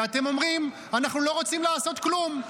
ואתם אומרים: אנחנו לא רוצים לעשות כלום,